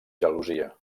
gelosia